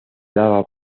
daba